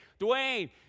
Dwayne